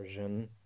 version